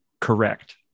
correct